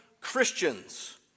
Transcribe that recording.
Christians